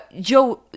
Joe